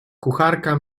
kucharka